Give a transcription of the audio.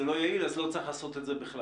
לא יעיל אז לא צריך לעשות את זה בכלל.